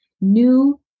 new